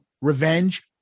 revenge